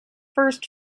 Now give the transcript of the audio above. first